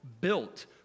built